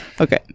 Okay